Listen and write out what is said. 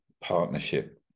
partnership